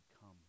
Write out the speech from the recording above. come